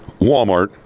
Walmart